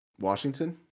washington